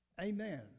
Amen